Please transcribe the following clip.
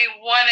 one